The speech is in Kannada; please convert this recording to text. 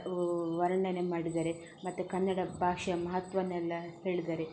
ವ ವರ್ಣನೆ ಮಾಡಿದ್ದಾರೆ ಮತ್ತು ಕನ್ನಡ ಭಾಷೆಯ ಮಹತ್ವನ ಎಲ್ಲ ಹೇಳಿದ್ದಾರೆ